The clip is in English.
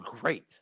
great